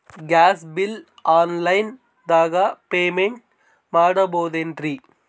Gas bill online ದಾಗ payment ಮಾಡಬೋದೇನ್ರಿ?